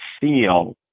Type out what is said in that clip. feel